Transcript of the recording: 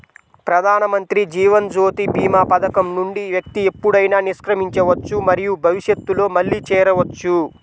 ప్రధానమంత్రి జీవన్ జ్యోతి భీమా పథకం నుండి వ్యక్తి ఎప్పుడైనా నిష్క్రమించవచ్చు మరియు భవిష్యత్తులో మళ్లీ చేరవచ్చు